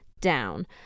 down